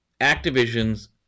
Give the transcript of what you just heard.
activision's